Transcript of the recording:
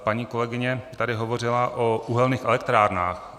Paní kolegyně tady hovořila o uhelných elektrárnách.